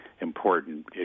important